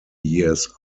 years